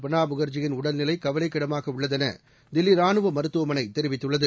பிரணாப் முகர்ஜியின் உடல்நிலை கவலைக்கிடமாக முன்னாள் உள்ளதென தில்லி ராணுவ மருத்துவமனை தெரிவித்துள்ளது